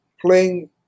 playing